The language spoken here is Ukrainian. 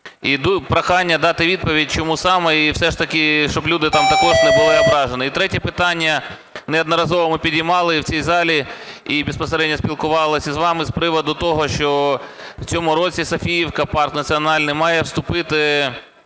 І прохання дати відповідь, чому саме, і все ж таки щоб люди там також не були ображені. І третє питання неодноразово ми піднімали в цій залі і безпосередньо спілкувалися з вами з приводу того, що в цьому році Національний парк